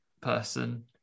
person